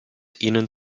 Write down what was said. ihnen